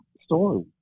story